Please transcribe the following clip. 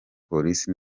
polisi